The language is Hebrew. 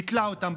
ביטלה אותם,